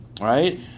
right